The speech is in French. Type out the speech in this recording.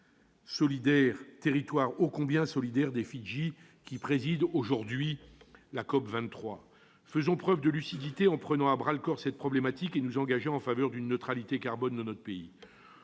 outre-mer, territoires ô combien solidaires des Îles Fidji qui président aujourd'hui la COP23. Faisons preuve de lucidité en prenant à bras-le-corps cette problématique et en nous engageant en faveur d'une neutralité carbone de notre pays.